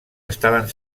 estaven